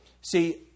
See